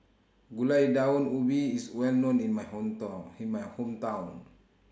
Gulai Daun Ubi IS Well known in My Hometown in My Hometown